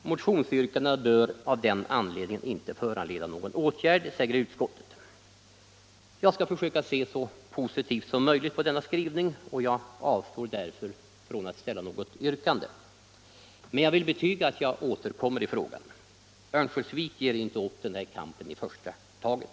Motionsyrkandena bör av den anledningen inte föranleda någon åtgärd, säger utskottet. 100 Jag skall försöka se så positivt som möjligt på denna skrivning och avstår därför från att ställa något yrkande. Men jag vill betyga att jag återkommer i frågan. Örnsköldsvik ger inte upp den här kampen i första taget!